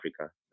Africa